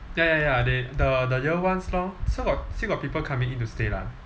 ya ya ya they the the year ones lor so got still got people coming in to stay lah